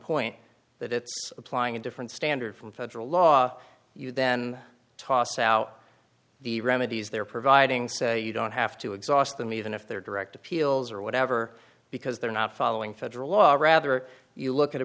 point that it's applying a different standard from federal law you then toss out the remedies they're providing so you don't have to exhaust them even if there are direct appeals or whatever because they're not following federal law rather you look at a